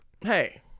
Hey